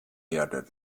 erde